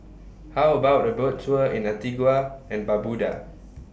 How about A Boat Tour in Antigua and Barbuda